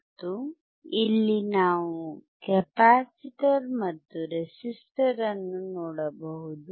ಮತ್ತು ಇಲ್ಲಿ ನಾವು ಕೆಪಾಸಿಟರ್ ಮತ್ತು ರೆಸಿಸ್ಟರ್ ಅನ್ನು ನೋಡಬಹುದು